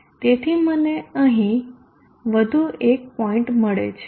તેથી મને અહીં એક વધુ પોઈન્ટ મળે છે